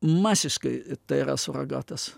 masiškai tai yra suragatas